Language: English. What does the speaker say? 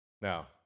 Now